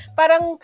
parang